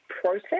process